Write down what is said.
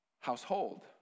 household